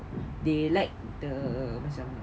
they like the macam